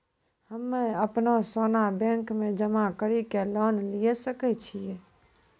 हम्मय अपनो सोना बैंक मे जमा कड़ी के लोन लिये सकय छियै?